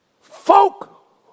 folk